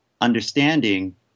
understanding